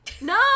no